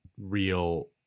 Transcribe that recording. real